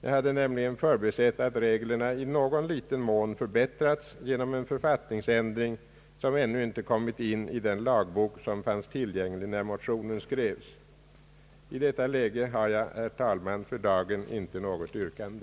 Vi hade nämligen förbisett att reglerna i någon liten mån förbättrats genom en författningsändring, som ännu inte kommit in i den lagbok som fanns tillgänglig när motionen skrevs. I detta läge har jag, herr talman, för dagen inte något yrkande.